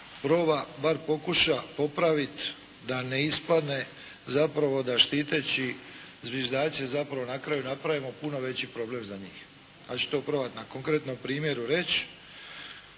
proba, bar pokuša popravit da ne ispadne zapravo da štiteći “zviždaće“ zapravo na kraju napravimo puno veći problem za njih. Ja ću to probati na konkretnom primjeru reći.